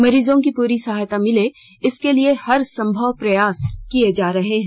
मरीजों की पूरी सहायता मिले इसके लिए हर संभव प्रयास किये जा रहे हैं